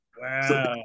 Wow